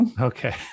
Okay